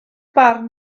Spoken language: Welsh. barn